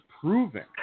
proving